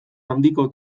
handiko